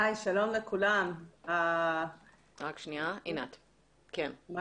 שלום לכולם, תודה